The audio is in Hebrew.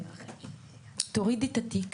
בבקשה, תורידי את התיק